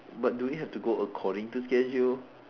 but do we have to go according to schedule